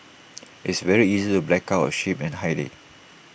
it's very easy to black out A ship and hide IT